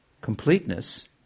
completeness